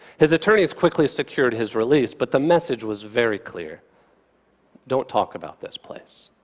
his attorneys quickly secured his release, but the message was very clear don't talk about this place.